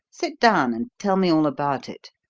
sit down and tell me all about it.